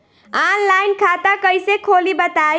Online खाता कइसे खोली बताई?